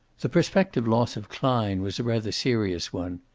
the prospective loss of klein was a rather serious one.